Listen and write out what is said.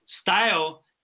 style